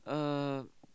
uh